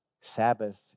Sabbath